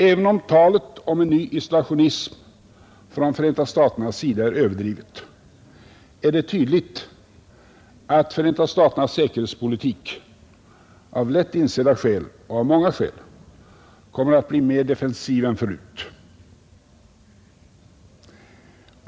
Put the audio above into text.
Även om talet om en ny isolationism från Förenta staternas sida är överdrivet är det tydligt att Förenta staternas säkerhetspolitik av lätt insedda skäl — och av många skäl — kommer att bli mer defensiv än förut.